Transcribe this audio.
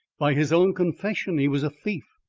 by his own confession he was a thief,